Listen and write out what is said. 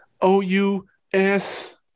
O-U-S